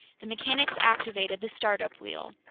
the mechanics activated the start-up wheel.